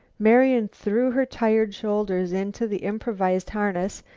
marian threw her tired shoulders into the improvised harness,